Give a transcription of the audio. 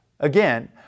Again